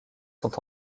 sont